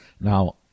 Now